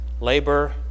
Labor